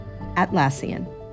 Atlassian